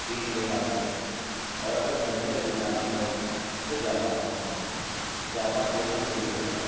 دینی لحاظ سے اور اگر گھومنے کبھی جانا ہوا تو جاپان جائیں گے جاپان دیکھنے کو جی ہوتا ہے